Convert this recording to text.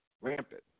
rampant